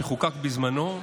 שחוקק בזמנו,